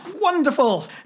Wonderful